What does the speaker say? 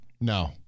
No